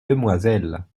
demoiselle